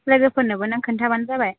लोगोफोरनोबो नों खिन्थाबानो जाबाय